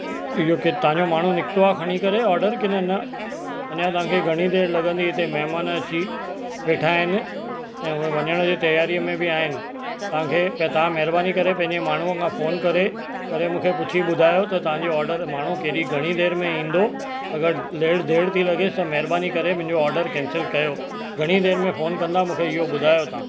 इहो की तव्हांजो माण्हू निकितो आहे खणी करे ऑडर की न न अञा तव्हांखे घणी देरि लॻंदी हिते महिमान अची वेठा आहिनि ऐं उहा वञण जी तयारीअ में बि आहिनि तव्हांखे पै तव्हां महिरबानी करे पंहिंजे माण्हूअ खां फोन करे करे मूंखे पुछी ॿुधायो त तव्हांजो ऑडर माण्हू केॾी घणी देरि में ईंदो अगरि लेट देरि थी लॻे त महिरबानी करे मुंहिंजो ऑडर कैंसल कयो घणी देरि में फोन कंदा मूंखे इहो ॿुधायो तव्हां